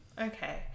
Okay